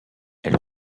elle